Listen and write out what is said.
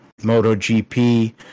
MotoGP